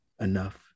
enough